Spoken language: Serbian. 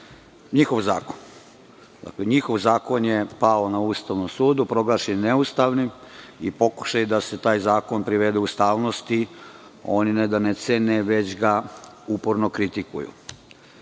njihov zakon je pao na Ustavnom sudu, proglašen je neustavnim i pokušaj je da se taj zakon privede ustavnosti. Oni ne da ga ne cene, već ga uporno kritikuju. Pre